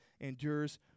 endures